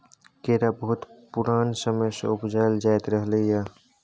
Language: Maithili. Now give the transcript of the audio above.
केरा बहुत पुरान समय सँ उपजाएल जाइत रहलै यै